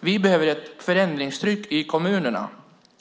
Vi behöver ett förändringstryck i kommunerna.